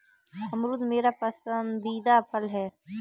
अमरूद मेरा पसंदीदा फल है